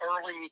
early